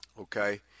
okay